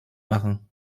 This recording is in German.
machen